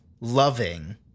loving